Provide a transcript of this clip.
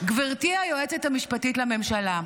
גברתי היועצת המשפטית לממשלה,